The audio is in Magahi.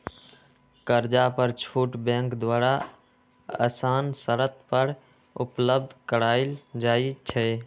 कर्जा पर छुट बैंक द्वारा असान शरत पर उपलब्ध करायल जाइ छइ